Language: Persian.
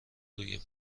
روی